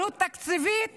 עלות תקציבית